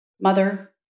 mother